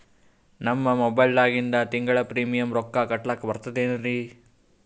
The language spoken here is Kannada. ನಮ್ಮ ಮೊಬೈಲದಾಗಿಂದ ತಿಂಗಳ ಪ್ರೀಮಿಯಂ ರೊಕ್ಕ ಕಟ್ಲಕ್ಕ ಬರ್ತದೇನ್ರಿ?